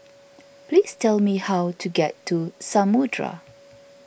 please tell me how to get to Samudera